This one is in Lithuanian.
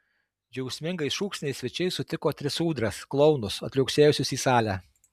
džiaugsmingais šūksniais svečiai sutiko tris ūdras klounus atliuoksėjusius į salę